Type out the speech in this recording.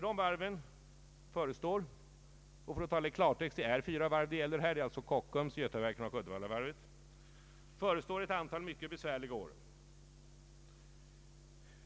Jag skall tala i klartext och säga att det här gäller tre varv — Kockums, Götaverken och Uddevallavarvet. För dem förestår ett antal mycket besvärliga år.